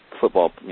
football